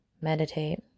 meditate